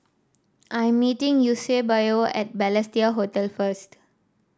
I am meeting Eusebio at Balestier Hotel first